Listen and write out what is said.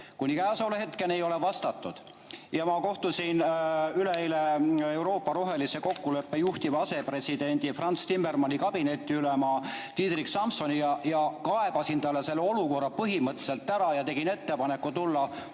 Kuni käesoleva hetkeni ei ole vastanud. Ma kohtusin üleeile Euroopa rohelise kokkuleppe juhtiva asepresidendi Frans Timmermansi kabinetiülema Diederik Samsomiga, kaebasin talle selle olukorra põhimõtteliselt ära ja tegin ettepaneku tulla